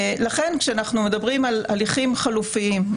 לכן כשאנחנו מדברים על הליכים חלופיים,